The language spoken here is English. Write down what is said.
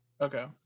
Okay